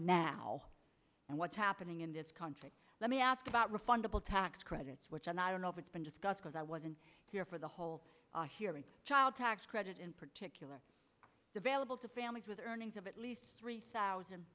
now and what's happening in this country let me ask about refundable tax credits which and i don't know if it's been discussed because i wasn't here for the whole hearing child tax credit in particular is available to families with earnings of at least three thousand